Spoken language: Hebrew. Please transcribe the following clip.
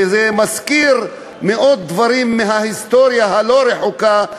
וזה מזכיר מאוד דברים מההיסטוריה הלא-רחוקה,